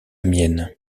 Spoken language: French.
mienne